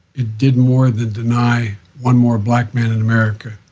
did more than deny one more black man in america,